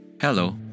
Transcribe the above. Hello